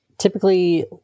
typically